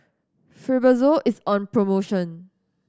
Fibrosol is on promotion